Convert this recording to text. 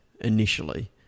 initially